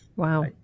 Wow